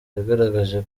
yagaragaje